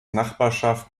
nachbarschaft